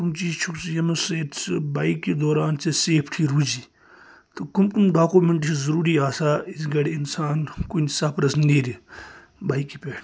کُم چیٖز چھُکھ ژٕ یمو سٍتۍ ژٕ بایکہِ دوران ژےٚ سیٚفٹی روزی تہٕ کُم کُم ڈاکومینٹہٕ چھِ ضروٗری آسان یِژھِ گرِ اِنسان کُنہِ سَفرَس نیرِِ بایکہِ پٮ۪ٹھ